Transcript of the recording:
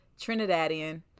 Trinidadian